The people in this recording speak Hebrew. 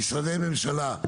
משרדי ממשלה,